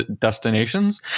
destinations